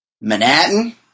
Manhattan